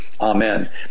Amen